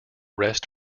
rest